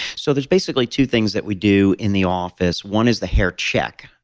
so there's, basically, two things that we do in the office. one is the haircheck,